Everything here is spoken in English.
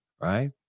right